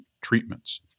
treatments